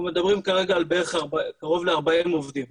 אנחנו מדברים כרגע על קרוב ל-40 עובדים,